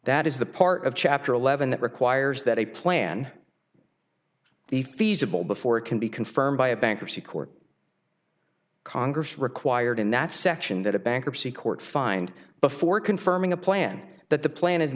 that is the part of chapter eleven that requires that a plan the feasible before it can be confirmed by a bankruptcy court congress required in that section that a bankruptcy court find before confirming a plan that the plan is